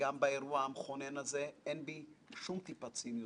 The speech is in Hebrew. וגם באירוע המכונן הזה אין בי שום טיפת ציניות.